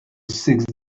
sixth